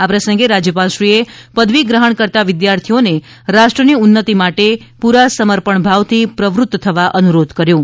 આ પ્રસંગે રાજ્યપાલશ્રીએ પદવી ગ્રહણ કરતા વિદ્યાર્થીઓને રાષ્ટ્રની ઉન્નતિ માટે પૂરા સમર્પણભાવથી પ્રવૃત્ત થવા અનુરોધ કર્થો હતો